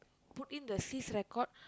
put in the cease record